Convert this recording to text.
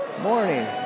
Morning